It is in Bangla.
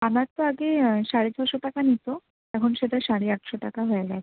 আমার তো আগে সাড়ে ছশো টাকা নিতো এখন সেটা সাড়ে আটশো টাকা হয়ে গেছে